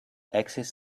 access